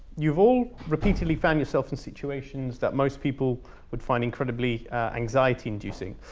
you've all repeatedly found yourself in situations that most people would find incredibly anxiety-inducing.